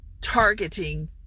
targeting